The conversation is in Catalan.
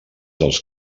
dels